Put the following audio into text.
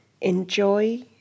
enjoy